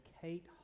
Kate